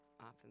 often